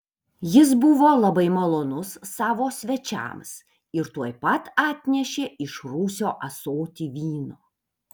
jis buvo labai malonus savo svečiams ir tuoj pat atnešė iš rūsio ąsotį vyno